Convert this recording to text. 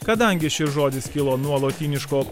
kadangi šis žodis kilo nuo lotyniško